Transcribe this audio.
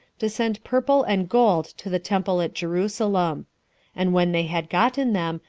to send purple and gold to the temple at jerusalem and when they had gotten them,